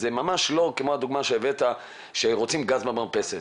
זה ממש לא כמו הדוגמה שהבאת שרוצים גז במרפסת.